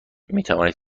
میتوانید